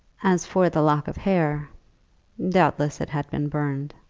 as for the lock of hair doubtless it had been burned.